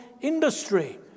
industry